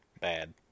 bad